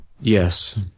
Yes